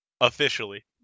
Officially